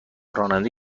راننده